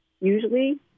Usually